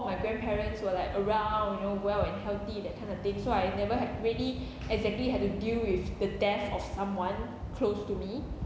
of my grandparents were like around you know well and healthy that kind of thing so I never had really exactly had to deal with the death of someone close to me